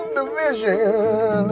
division